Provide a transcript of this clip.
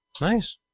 Nice